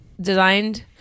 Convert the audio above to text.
designed